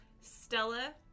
Stella